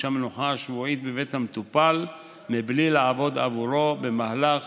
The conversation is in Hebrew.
המנוחה השבועית בבית המטופל בלי לעבוד עבורו במהלך